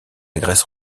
grèce